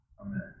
Amen